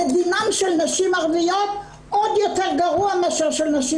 דינן של נשים ערביות עוד יותר גרוע מאשר של נשים